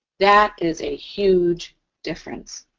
that is a huge difference.